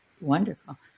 wonderful